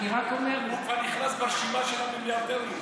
מנסור עבאס,